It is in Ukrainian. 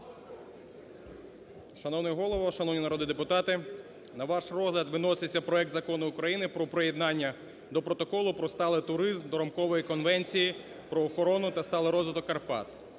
Шановний Голово! Шановні народні депутати! На ваш розгляд виноситься проект Закону України "Про приєднання до Протоколу про сталий туризм до Рамкової конвенції про охорону та сталий розвиток Карпат".